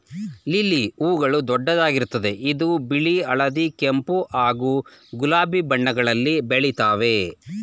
lily ಹೂಗಳು ದೊಡ್ಡದಾಗಿರ್ತದೆ ಇದು ಬಿಳಿ ಹಳದಿ ಕೆಂಪು ಹಾಗೂ ಗುಲಾಬಿ ಬಣ್ಣಗಳಲ್ಲಿ ಬೆಳಿತಾವೆ